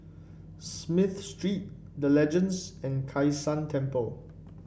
Smith Street The Legends and Kai San Temple